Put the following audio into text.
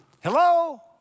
Hello